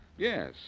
Yes